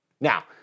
Now